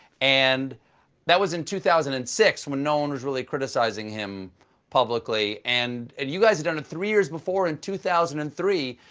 and that was in two thousand and six when no one was really criticizing him publicly. and and you guys had done it three years before in two thousand and three.